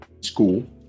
school